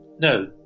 No